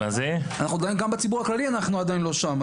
אנחנו עדיין גם בציבור הכללי אנחנו עדיין לא שם.